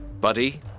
Buddy